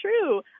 true